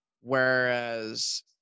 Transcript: Whereas